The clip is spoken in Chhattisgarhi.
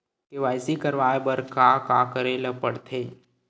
के.वाई.सी करवाय बर का का करे ल पड़थे?